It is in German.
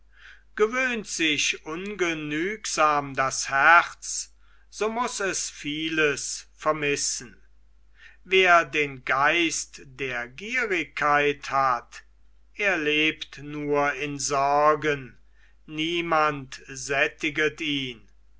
gewöhnt sich ungenügsam das herz so muß es vieles vermissen wer den geist der gierigkeit hat er lebt nur in sorgen niemand sättiget ihn